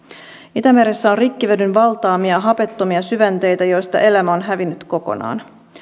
itämeressä on rikkivedyn valtaamia hapettomia syvänteitä joista elämä on hävinnyt kokonaan